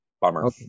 Bummer